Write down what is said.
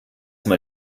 mal